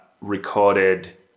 recorded